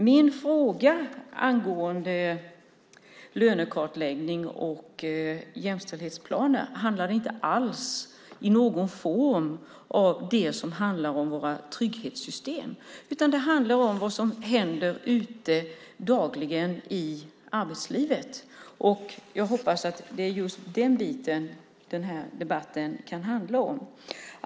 Min fråga angående lönekartläggning och jämställdhetsplaner handlade inte alls om våra trygghetssystem utan om vad som dagligen händer ute i arbetslivet. Jag hoppas att det är just det som denna debatt kan handla om.